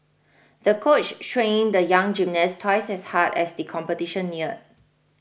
the coach trained the young gymnast twice as hard as the competition neared